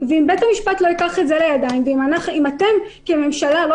ואם בית המשפט לא ייקח את זה לידיים ואם אתם כממשלה לא